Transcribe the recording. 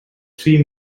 three